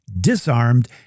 disarmed